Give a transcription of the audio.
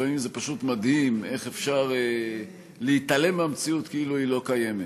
זה לפעמים מדהים איך אפשר להתעלם מהמציאות כאילו היא לא קיימת.